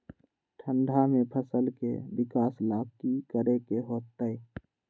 ठंडा में फसल के विकास ला की करे के होतै?